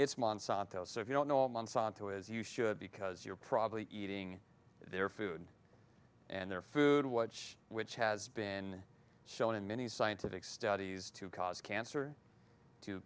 it's monsanto so if you don't know monsanto as you should because you're probably eating their food and their food watch which has been shown in many scientific studies to cause cancer to